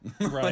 Right